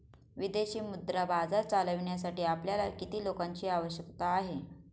विदेशी मुद्रा बाजार चालविण्यासाठी आपल्याला किती लोकांची आवश्यकता आहे?